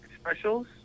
specials